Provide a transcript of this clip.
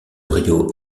rio